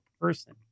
person